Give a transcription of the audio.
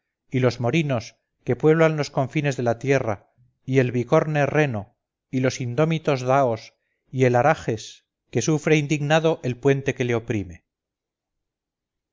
y los morinos que pueblan los confines de la tierra y el bicorne reno y los indómitos dahos y el arajes que sufre indignado el puente que le oprime